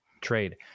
trade